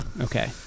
Okay